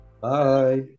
Bye